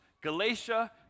Galatia